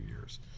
years